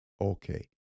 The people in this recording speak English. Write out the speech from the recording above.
Okay